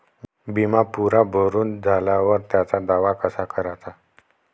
बिमा पुरा भरून झाल्यावर त्याचा दावा कसा कराचा?